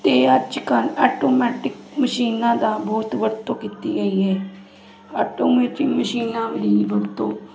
ਅਤੇ ਅੱਜ ਕੱਲ੍ਹ ਆਟੋਮੈਟਿਕ ਮਸ਼ੀਨਾਂ ਦਾ ਬਹੁਤ ਵਰਤੋਂ ਕੀਤੀ ਗਈ ਹੈ ਆਟੋਮੈਟਿਕ ਮਸ਼ੀਨਾਂ ਵੀ ਵਰਤੋਂ